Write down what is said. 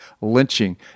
lynching